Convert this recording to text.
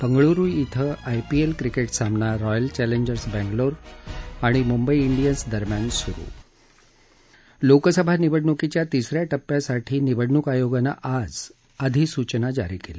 बेंगळ्रु इथं IPL cricket सामना royal challengers Bangalore आणि मुंबई इंडियन्स दरम्यान सुरु लोकसभा निवडणुकीच्या तिसऱ्या टप्प्यासाठी निवडणूक आयोगानं आज अधिसूचना जारी केली